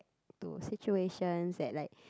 to situations at like